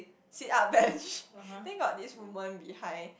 sit up bench then got this woman behind